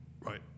Right